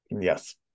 Yes